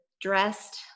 dressed